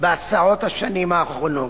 בעשרות השנים האחרונות.